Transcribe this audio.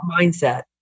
mindset